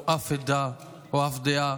או אף עדה, או אף דעה.